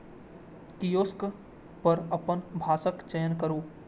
kiosk पर अपन भाषाक चयन करू